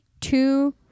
two